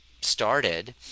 started